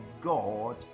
God